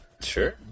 Sure